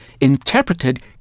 interpreted